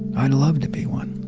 i'd love to be one.